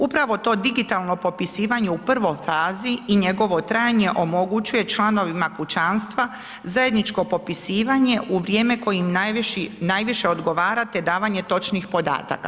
Upravo to digitalno popisivanje u prvoj fazi i njegovo trajanje omogućuje članovim kućanstva zajedničko popisivanje u vrijeme koje im najviše odgovara te davanje točnih podataka.